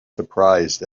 surprised